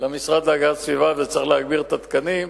למשרד להגנת הסביבה וצריך להגביר את התקנים,